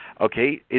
Okay